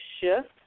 shift